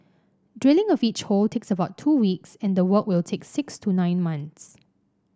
drilling of each hole takes about two weeks and the work will take six to nine months